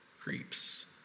creeps